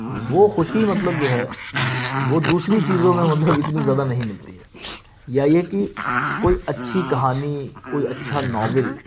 وہ خوشی مطلب جو ہے وہ دوسری چیزوں میں مطلب اتنی زیادہ نہیں ملتی ہے یا یہ کہ کوئی اچھی کہانی کوئی اچھا ناول